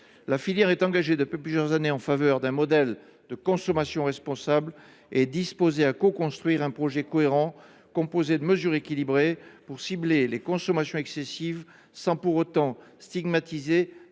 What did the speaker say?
La filière est engagée depuis plusieurs années en faveur d’un modèle de consommation responsable. Elle est disposée à coconstruire un projet cohérent, à partir de mesures équilibrées, pour cibler les consommations excessives sans pour autant stigmatiser